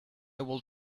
will